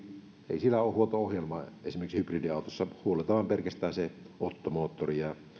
ei ole huolto ohjelmaa esimerkiksi hybridiautossa huolletaan pelkästään se ottomoottori ja